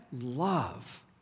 love